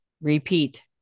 Repeat